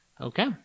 Okay